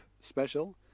special